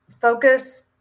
focus